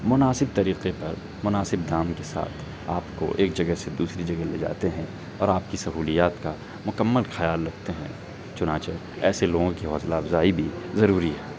مناسب طریقے پر مناسب دام کے ساتھ آپ کو ایک جگہ سے دوسری جگہ لے جاتے ہیں اور آپ کی سہولیات کا مکمل خیال رکھتے ہیں چنانچہ ایسے لوگوں کی حوصلہ افزائی بھی ضروری ہے